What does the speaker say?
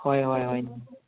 ꯍꯣꯏ ꯍꯣꯏ ꯍꯣꯏ ꯅꯦꯅꯦ